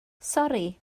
sori